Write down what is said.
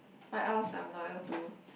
what else I'm loyal to